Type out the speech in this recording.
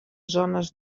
zones